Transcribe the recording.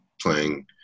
playing